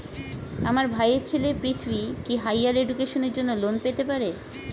আমার ভাইয়ের ছেলে পৃথ্বী, কি হাইয়ার এডুকেশনের জন্য লোন পেতে পারে?